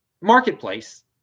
marketplace